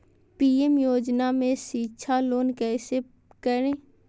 PM योजना में शिक्षा लोन कैसे करें?